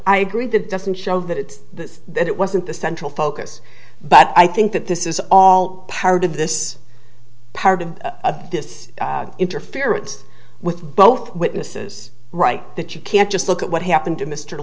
i agree that doesn't show that it's the that it wasn't the central focus but i think that this is all part of this part of this interference with both witnesses right that you can't just look at what happened to mr